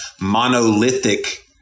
monolithic